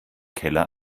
keller